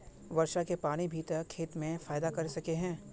वर्षा के पानी भी ते खेत में फायदा कर सके है?